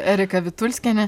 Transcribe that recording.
erika vitulskienė